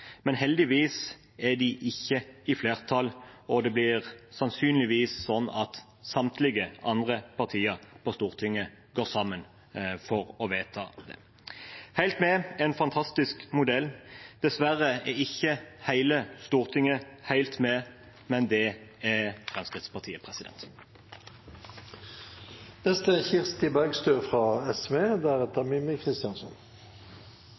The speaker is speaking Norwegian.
men heldigvis er de ikke i flertall, og det blir sannsynligvis sånn at samtlige andre partier på Stortinget går sammen for å vedta det. Helt Med er en fantastisk modell. Dessverre er ikke hele Stortinget helt med, men det er Fremskrittspartiet.